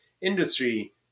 industry